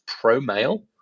pro-male